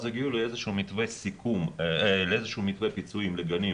אז הגיעו לאיזשהו מתווה ביצועים לגנים